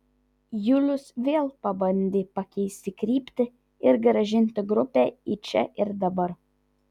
julius vėl pabandė pakeisti kryptį ir grąžinti grupę į čia ir dabar